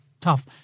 tough